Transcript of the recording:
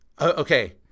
Okay